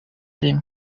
rimwe